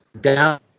down